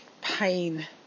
pain